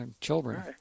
children